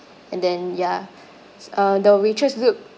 and then ya uh the waitress look